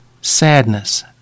sadness